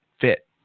fit